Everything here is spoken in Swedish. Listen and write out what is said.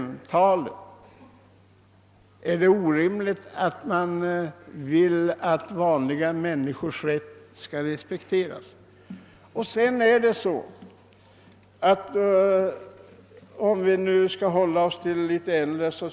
Är det orimligt att man vill att vanliga människors rätt skall respekteras? När Sven Brisman var fil. lic.